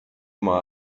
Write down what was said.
mal